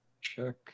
Check